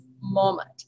moment